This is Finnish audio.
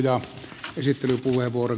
arvoisa puhemies